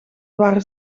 waren